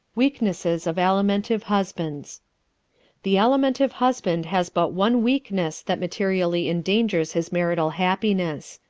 weaknesses of alimentive husbands the alimentive husband has but one weakness that materially endangers his marital happiness.